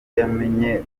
yamenye